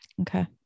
Okay